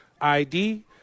ID